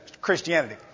Christianity